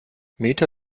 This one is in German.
meta